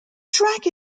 track